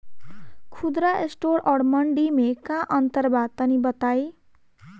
खुदरा स्टोर और मंडी में का अंतर बा तनी बताई?